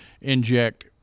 inject